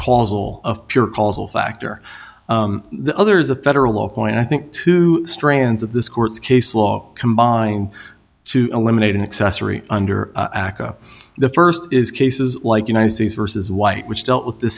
causal of pure causal factor the other is a federal law point i think two strands of this court's case law combine to eliminate an accessory under aca the st is cases like united states versus white which dealt with the